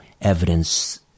evidence